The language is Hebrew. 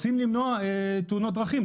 רוצים למנוע תאונות דרכים,